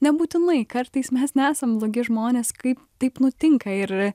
nebūtinai kartais mes nesam blogi žmonės kaip taip nutinka ir